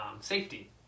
safety